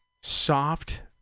soft